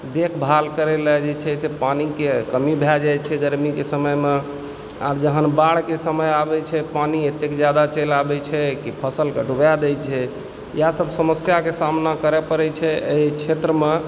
देखभाल करयलऽ जे छै से पानिके कमी भए जाइ छै गरमीके समयमे आ जहन बाढ़िके समय आबैत छै पानि एतेक जादा चलि आबैत छै कि फसलके डुबा दैत छै इएहसभ समस्याके सामना करए पड़ैत छै एहि क्षेत्रमे